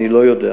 אני לא יודע.